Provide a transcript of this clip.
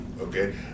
okay